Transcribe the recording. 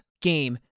game